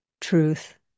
truth